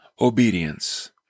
obedience